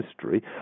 history